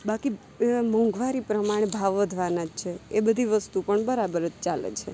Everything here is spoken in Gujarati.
બાકી મોંઘવારી પ્રમાણે ભાવ વધવાના જ છે એ બધી વસ્તુ પણ બરાબર જ ચાલે છે